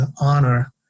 honor